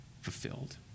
fulfilled